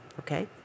Okay